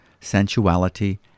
sensuality